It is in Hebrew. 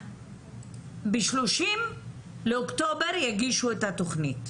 ב-30 באוקטובר יגישו את התוכנית,